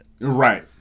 Right